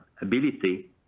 ability